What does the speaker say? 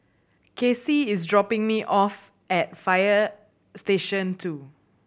Kacy is dropping me off at Fire Station two